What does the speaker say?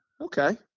Okay